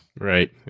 Right